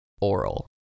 Oral